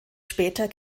später